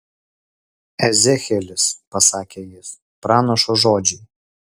ezechielis pasakė jis pranašo žodžiai